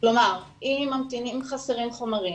כלומר אם חסרים חומרים,